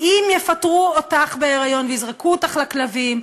אם יפטרו אותך בהיריון ויזרקו אותך לכלבים,